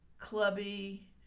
clubby